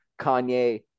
Kanye